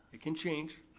it can change,